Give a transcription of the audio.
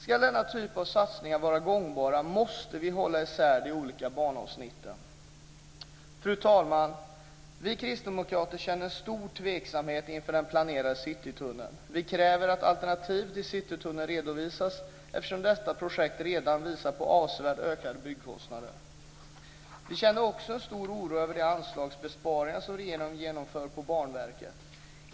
Ska denna typ av satsningar vara gångbara måste vi hålla isär de olika banavsnitten. Fru talman! Vi kristdemokrater känner stor tveksamhet inför den planerade citytunneln. Vi kräver att alternativ till Citytunneln redovisas eftersom detta projekt redan visar på avsevärt ökade byggkostnader. Vi känner också en stor oro över de anslagsbesparingar som regeringen genomför för Banverket.